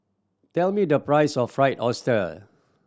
tell me the price of Fried Oyster